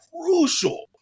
crucial